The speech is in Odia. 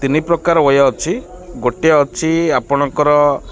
ତିନି ପ୍ରକାର ୱେଏ ଅଛି ଗୋଟିଏ ଅଛି ଆପଣଙ୍କର